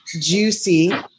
juicy